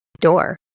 door